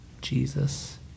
Jesus